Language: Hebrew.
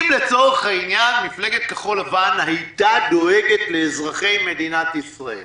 אם לצורך העניין מפלגת כחול לבן הייתה דואגת לאזרחי מדינת ישראל